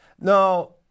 No